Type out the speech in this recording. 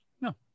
No